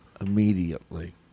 immediately